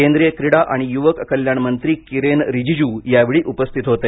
केंद्रीय क्रीडा आणि युवक कल्याणमंत्री किरेन रीजीजू यावेळी उपस्थित होते